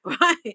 right